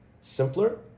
simpler